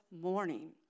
morning